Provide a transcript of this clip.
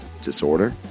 disorder